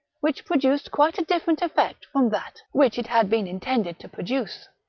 which produced quite a diflferent effect from that which it had been intended to produce.